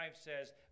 says